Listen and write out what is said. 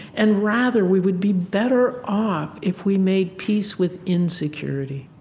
and rather, we would be better off if we made peace with insecurity.